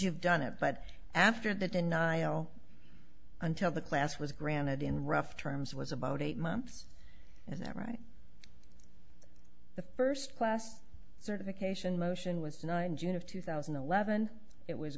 you've done it but after the denial until the class was granted in rough terms was about eight months is that right the first class certification motion was nine june of two thousand and eleven it was